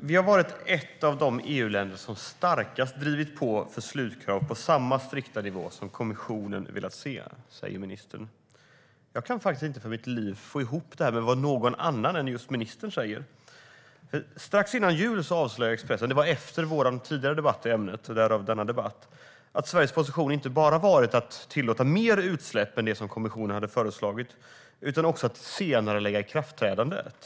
Sverige har varit ett av de EU-länder som starkast har drivit på för slutkrav på samma strikta nivå som kommissionen har velat se, säger ministern. Jag kan faktiskt inte för mitt liv få ihop detta med vad någon annan än ministern säger. Strax före jul kom Expressen med ett avslöjande. Det var efter vår tidigare debatt i ämnet; därav denna debatt. Då framkom att Sveriges position inte bara har varit att tillåta mer utsläpp än dem som kommissionen har föreslagit utan också att senarelägga ikraftträdandet.